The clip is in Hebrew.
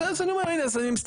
אז אני אומר, אז הנה, אני מסתכל.